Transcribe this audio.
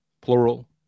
plural